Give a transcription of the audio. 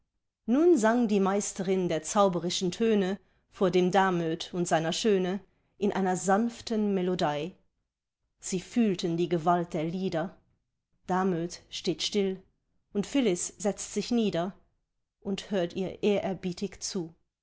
nun sang die meisterin der zauberischen töne vor dem damöt und seiner schöne in einer sanften melodei sie fühlten die gewalt der lieder damöt steht still und phyllis setzt sich nieder und hört ihr ehrerbietig zu